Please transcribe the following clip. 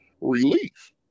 relief